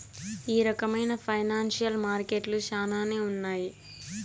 ఈ రకమైన ఫైనాన్సియల్ మార్కెట్లు శ్యానానే ఉన్నాయి